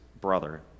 brother